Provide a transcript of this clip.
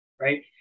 right